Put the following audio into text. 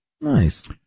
Nice